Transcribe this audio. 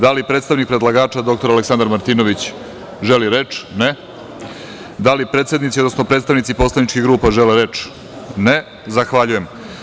Da li predstavnik predlagača, dr Aleksandar Martinović, želi reč? (Ne.) Da li predsednici, odnosno predstavnici poslaničkih grupa žele reč? (Ne.) Zahvaljujem.